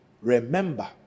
remember